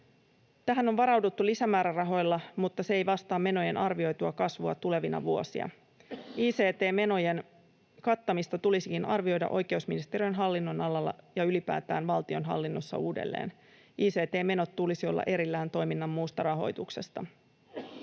Tähän on varauduttu lisämäärärahoilla, mutta se ei vastaa menojen arvioitua kasvua tulevina vuosina. Ict-menojen kattamista tulisikin arvioida oikeusministeriön hallinnonalalla ja ylipäätään valtionhallinnossa uudelleen. Ict-menojen tulisi olla erillään toiminnan muusta rahoituksesta.